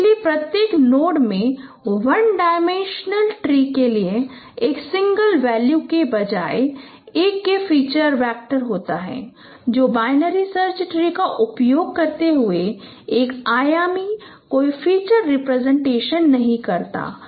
इसलिए प्रत्येक नोड में वन डायमेंशन ट्री के लिए एक सिंगल की वैल्यू के बजाय एक की फीचर वेक्टर होता है जो बाइनरी सर्च ट्री का उपयोग करते हुए एक आयामी कोई फीचर रिप्रजेंटेशन नहीं करता है